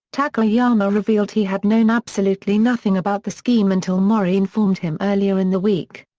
takayama revealed he had known absolutely nothing about the scheme until mori informed him earlier in the week.